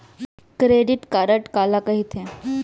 Credit card काला कहिथे?